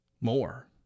More